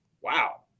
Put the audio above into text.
wow